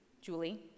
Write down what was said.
Julie